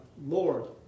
Lord